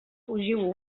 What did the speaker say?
fugiu